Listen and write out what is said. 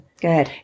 Good